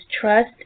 trust